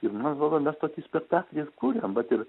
ir man atrodo mes tokį spektaklį ir kuriam vat ir